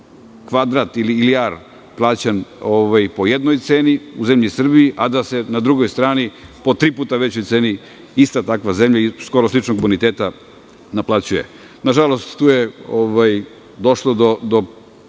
kvadrat ili ar plaćan po jednoj ceni u zemlji Srbiji, a da se na drugoj strani po tri puta većoj ceni ista takva zemlja, skoro sličnog boniteta, naplaćuje. Nažalost, tu je došlo do